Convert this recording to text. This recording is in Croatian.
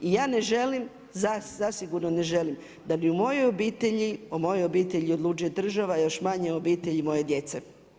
I ja ne žalim, zasigurno ne želim da ni u mojoj obitelji o mojoj obitelji odlučuje država, a još manje o obitelji moje djece.